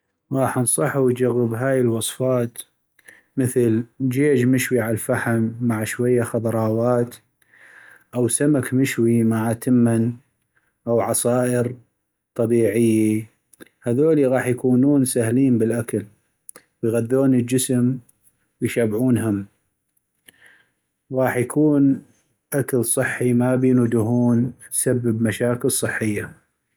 غاح انصحو يجغب هاي الوصفات مثل جيج مشوي عالفحم مع شوية خضراوات او سمك مشوي مع تمن او عصائر طبيعي هذولي غاح يكونون سهلين بالاكل ويغذون الجسم ويشبعون وهم غاح يكون أكل صحي ما بينو دهون تسبب مشاكل صحية